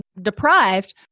deprived